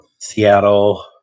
Seattle